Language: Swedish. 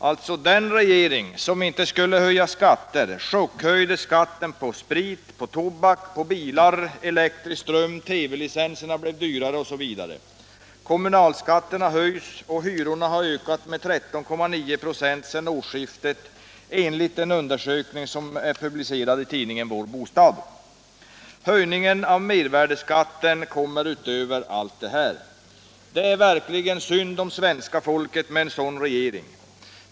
Alltså: Den regering, som inte skulle höja skatter, chockhöjde skatten på sprit, tobak, bilar och elektrisk ström. TV-licenserna blev dyrare. Kommunalskatterna höjs, och hyrorna har ökat med 13,9 96 sedan årsskiftet enligt en undersökning som är publicerad i tidningen Vår Bostad. Höjningen av mervärdeskatten kommer utöver allt detta. Det är verkligen synd om svenska folket med en sådan regering.